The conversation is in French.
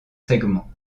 segments